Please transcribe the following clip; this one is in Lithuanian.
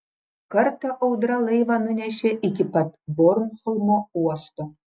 kartą audra laivą nunešė iki pat bornholmo uosto